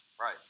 Right